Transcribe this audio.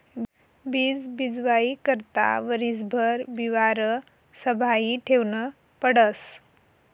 बीज बीजवाई करता वरीसभर बिवारं संभायी ठेवनं पडस